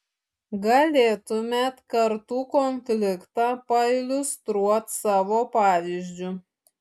galėtumėt kartų konfliktą pailiustruot savo pavyzdžiu